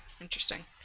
Interesting